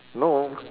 no